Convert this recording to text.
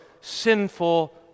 sinful